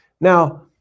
Now